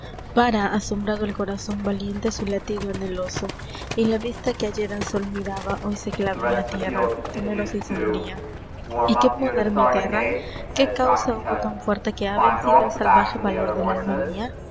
pára asombrado el corazon valiente su latido anheloso y la vista que ayer al sol miraba hoy se clava en la tierra temerosa y sombría y qué poder me aterra qué causa hubo tan fuerte que ha vencido el salvaje valor del alma mia